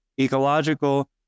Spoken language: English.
ecological